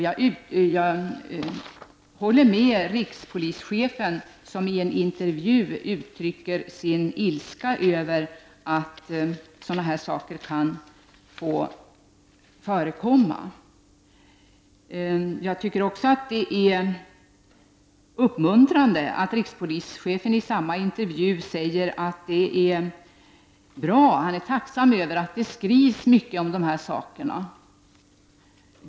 Jag håller med rikspolischefen, som i en intervju uttrycker sin ilska över att sådana här saker kan få förekomma. Jag tycker också att det är bra att rikspolischefen i samma intervju säger att han är tacksam för och tycker att det är bra att det skrivs mycket om dessa saker.